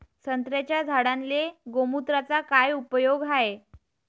संत्र्याच्या झाडांले गोमूत्राचा काय उपयोग हाये?